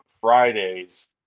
Fridays